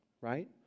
right